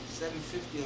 750